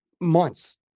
months